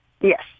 Yes